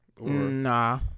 Nah